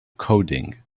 coding